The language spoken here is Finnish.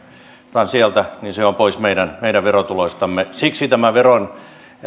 ostetaan sieltä niin se taas on pois meidän meidän verotuloistamme siksi tämä viron